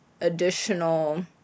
additional